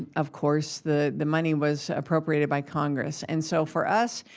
of course the the money was appropriated by congress. and so, for us,